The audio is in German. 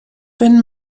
wenn